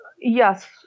Yes